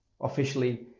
officially